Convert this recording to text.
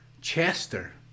Chester